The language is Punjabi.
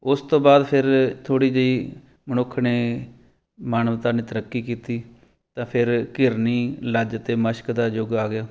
ਉਸ ਤੋਂ ਬਾਅਦ ਫਿਰ ਥੋੜ੍ਹੀ ਜਿਹੀ ਮਨੁੱਖ ਨੇ ਮਾਨਵਤਾ ਨੇ ਤਰੱਕੀ ਕੀਤੀ ਤਾਂ ਫਿਰ ਘਿਰਨੀ ਲੱਜ ਅਤੇ ਮਸ਼ਕ ਦਾ ਯੁੱਗ ਆ ਗਿਆ